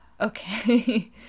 Okay